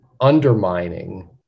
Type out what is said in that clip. undermining